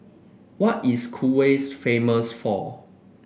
what is Kuwait famous for